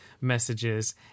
messages